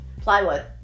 Plywood